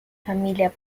familia